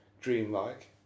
dreamlike